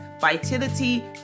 vitality